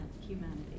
humanity